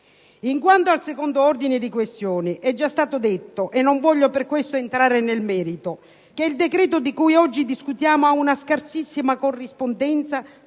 In quanto al secondo ordine di questioni, è già stato detto - non voglio per questo entrare nel merito - che il decreto di cui oggi discutiamo ha una scarsissima corrispondenza